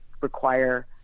require